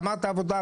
גמר את העבודה,